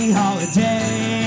holiday